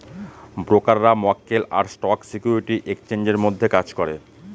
ব্রোকাররা মক্কেল আর স্টক সিকিউরিটি এক্সচেঞ্জের মধ্যে কাজ করে